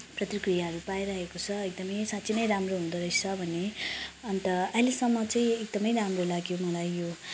प्रतिक्रियाहरू पाइरहेको छ एकदमै साँच्चि नै राम्रो हुँदोरहेछ भन्ने अन्त अहिलेसम्म चाहिँ एकदमै राम्रो लाग्यो मलाई यो